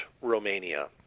Romania